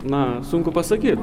na sunku pasakyt